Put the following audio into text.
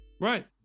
right